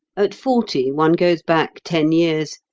at forty one goes back ten years,